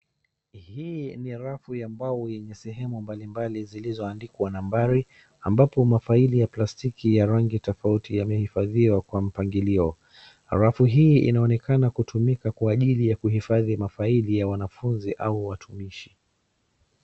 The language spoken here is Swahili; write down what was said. Hii ni arafu ambayo yenye sehemu mbalimbali zilizoandikwa nambari ambapo [sc]mafaili ya plastiki ya rangi tofauti yamehifadhiwa kwa mpangilio. Arafu hii inaonekana kutumia kwa ajili ya kuhifadhi ma faili ya wanafunzi au watumishi.